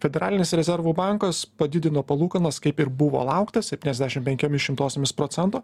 federalinis rezervų bankas padidino palūkanas kaip ir buvo laukta septyniasdešim penkiomis šimtosiomis procento